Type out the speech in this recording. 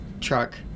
truck